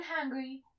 hungry